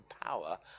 power